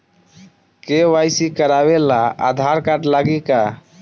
KYC करावे ला Aadhaar card लागी का?